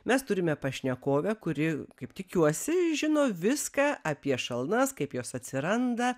mes turime pašnekovę kuri kaip tikiuosi žino viską apie šalnas kaip jos atsiranda